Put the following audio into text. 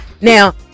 Now